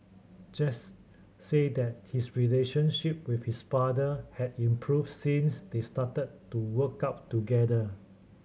Jesse said that his relationship with his father had improved since they started to work out together